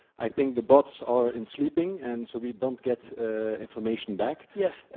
i think the bots are in sleeping. and so we don't get information back. yes.